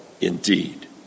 indeed